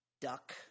duck